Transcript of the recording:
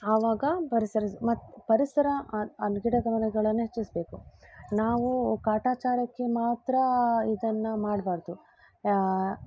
ಆವಾಗ ಪರಿಸರ ಮತ್ತು ಪರಿಸರ ಗಿಡಗಮನೆಗಳನ್ನ ಹೆಚ್ಚಿಸಬೇಕು ನಾವು ಕಾಟಾಚಾರಕ್ಕೆ ಮಾತ್ರ ಇದನ್ನ ಮಾಡಬಾರ್ದು